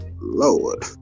lord